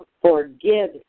forgive